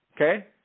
okay